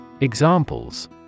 Examples